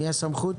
מי הסמכות?